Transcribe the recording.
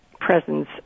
presence